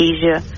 Asia